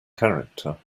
character